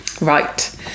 Right